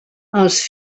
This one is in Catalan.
els